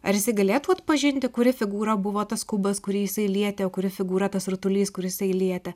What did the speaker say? ar galėtų atpažinti kuri figūra buvo tas kubas kurį jisai lietė o kuri figūra tas rutulys kur jis lietė